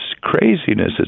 craziness